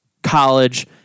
College